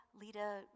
Lita